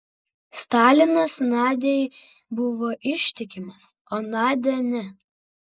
stalinas nadiai buvo ištikimas o nadia ne